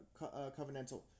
covenantal